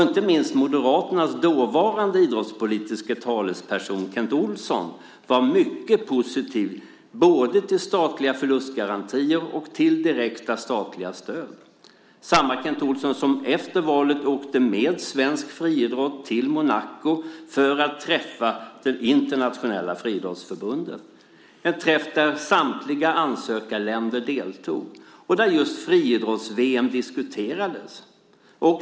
Inte minst Moderaternas dåvarande idrottspolitiske talesperson, Kent Olsson, var mycket positiv både till statliga förlustgarantier och till direkta statliga stöd. Det var samme Kent Olsson som efter valet åkte med svensk friidrott till Monaco för att träffa det internationella friidrottsförbundet, en träff där samtliga ansökarländer deltog och där just friidrotts-VM diskuterades.